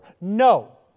No